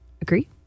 Agree